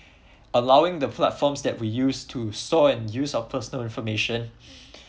allowing the platforms that we use to store and use our personal information